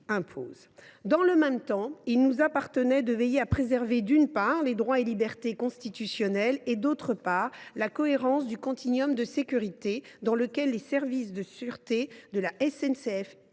Dans le même temps, il nous appartenait de veiller à préserver, d’une part, les droits et libertés constitutionnels et, d’autre part, la cohérence du continuum de sécurité dans lequel les services de sûreté de la SNCF